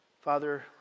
Father